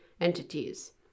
entities